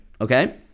okay